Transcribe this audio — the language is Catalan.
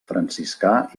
franciscà